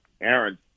Aaron